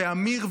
אמיר,